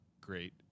great